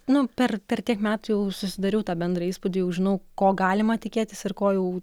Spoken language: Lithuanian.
nu per per tiek metų jau susidariau tą bendrą įspūdį jau žinau ko galima tikėtis ir ko jau